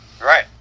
Right